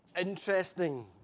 interesting